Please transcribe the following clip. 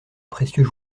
précieux